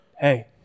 hey